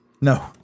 No